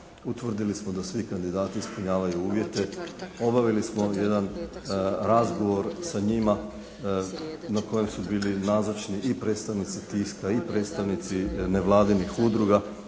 utvrdili smo da svi kandidati ispunjavaju uvjete, obavili smo ovdje jedan razgovor sa njima na kojem su bili nazočni i predstavnici tiska i predstavnici nevladinih udruga.